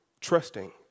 trusting